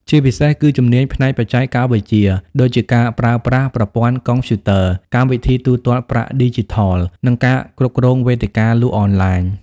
ជាពិសេស គឺជំនាញផ្នែកបច្ចេកវិទ្យា ដូចជាការប្រើប្រាស់ប្រព័ន្ធកុំព្យូទ័រ កម្មវិធីទូទាត់ប្រាក់ឌីជីថល ឬការគ្រប់គ្រងវេទិកាលក់អនឡាញ។